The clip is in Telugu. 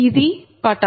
ఇది పటం